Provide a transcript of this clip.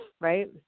right